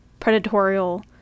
predatorial